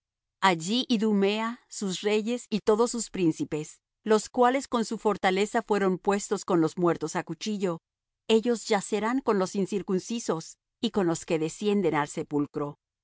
allí idumea sus reyes y todos sus príncipes los cuales con su fortaleza fueron puestos con los muertos á cuchillo ellos yacerán con los incircuncisos y con los que descienden al sepulcro